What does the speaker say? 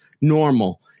normal